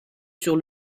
sur